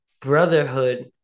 Brotherhood